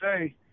say